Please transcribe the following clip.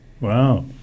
wow